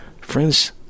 friends